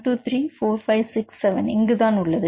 1234567 இங்குதான் உள்ளது